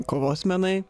kovos menai